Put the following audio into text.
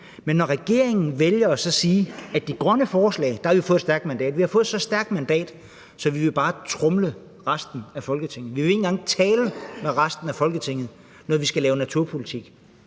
men regeringen vælger at sige, at man til de grønne forslag har fået et så stærkt mandat, at man bare vil tromle resten af Folketinget, at man ikke engang vil tale med resten af Folketinget, når man skal lave naturpolitik.